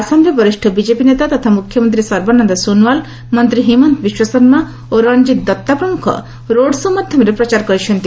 ଆସାମରେ ବରିଷ୍ଣ ବିଜେପି ନେତା ତଥା ମୁଖ୍ୟମନ୍ତ୍ରୀ ସର୍ବାନନ୍ଦ ସୋନୱାଲ ମନ୍ତ୍ରୀ ହିମନ୍ତ ବିଶ୍ୱଶର୍ମା ଓ ରଣଜିତ ଦତ୍ତା ପ୍ରମୁଖ ରୋଡ ଶୋ' ମାଧ୍ୟମରେ ପ୍ରଚାର କରିଛନ୍ତି